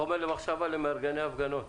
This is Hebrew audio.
חומר למחשבה למארגני ההפגנות.